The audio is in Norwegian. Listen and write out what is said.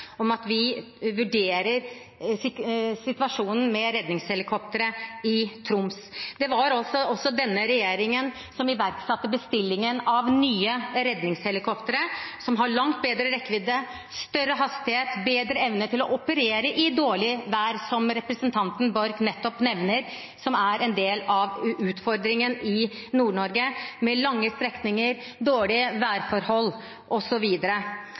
Troms. Det var også denne regjeringen som iverksatte bestillingen av nye redningshelikoptre, som har langt bedre rekkevidde, større hastighet og bedre evne til å operere i dårlig vær, som representanten Borch nettopp nevner er en del av utfordringen i Nord-Norge, med lange strekninger, dårlige værforhold